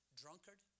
drunkard